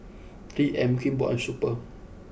three M Kimball and Super